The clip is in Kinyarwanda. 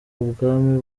ubwami